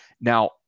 Now